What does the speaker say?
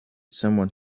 someone